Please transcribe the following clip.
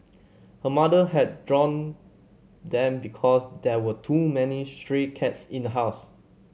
her mother had drowned them because there were too many stray cats in the house